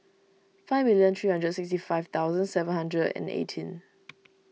fifty three lakh sixty five thousand seven hundred and eighteen